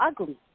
ugly